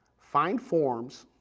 find forms,